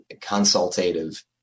consultative